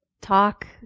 talk